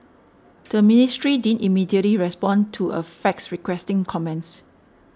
the ministry didn't immediately respond to a fax requesting comments